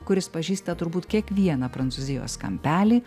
kuris pažįsta turbūt kiekvieną prancūzijos kampelį